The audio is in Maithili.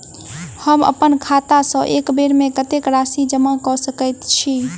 हम अप्पन खाता सँ एक बेर मे कत्तेक राशि जमा कऽ सकैत छी?